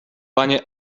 panie